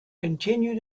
continue